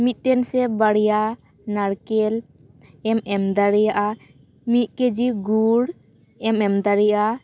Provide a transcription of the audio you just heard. ᱢᱤᱫᱴᱮᱱ ᱥᱮ ᱵᱟᱨᱭᱟ ᱱᱟᱨᱠᱮᱞᱮᱢ ᱮᱢ ᱫᱟᱲᱮᱭᱟᱜᱼᱟ ᱢᱤᱫ ᱠᱮᱡᱤ ᱜᱩᱲᱮᱢ ᱮᱢ ᱫᱟᱲᱮᱭᱟᱜᱼᱟ